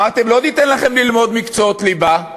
אמרתם: לא ניתן לכם ללמוד מקצועות ליבה,